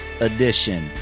Edition